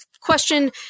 question